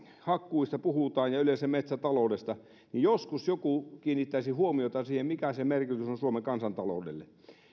hakkuista puhutaan ja yleensä metsätaloudesta niin joskus joku kiinnittäisi huomiota siihen mikä sen merkitys on suomen kansantaloudelle